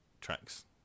tracks